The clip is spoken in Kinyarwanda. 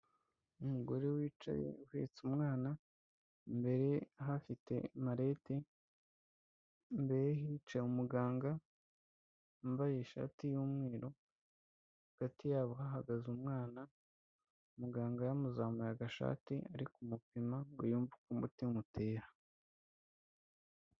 Umugore wicaye uhetse umwana, imbere ye ahafite marete, imbere ye hicaye umuganga wambaye ishati y'umweru, hagati yabo hahagaze umwana, muganga yamuzamuye agashati ari kumupima ngo yumve uko umutima utera.